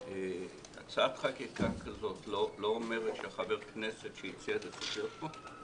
הצעת חקיקה כזאת לא אומרת שחבר כנסת שהציע צריך להיות פה?